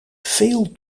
veel